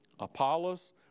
Apollos